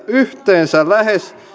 yhteensä lähes